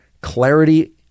clarity